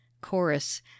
chorus